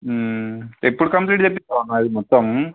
ఎప్పుడు కంప్లీట్ చేపిస్తావు అన్న అది మొత్తం